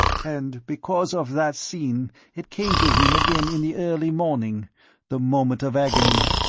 and because of that scene it came to him again in the early morning the moment of agony,